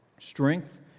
Strength